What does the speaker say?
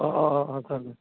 अह अह अह सार